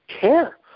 care